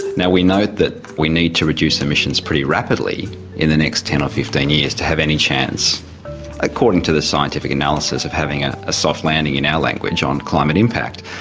now, we note that we need to reduce emissions pretty rapidly in the next ten or fifteen years to have any chance according to the scientific analysis of having a ah soft landing, in our language, on climate impact.